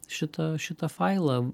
šitą šitą failą